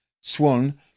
Swan